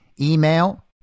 email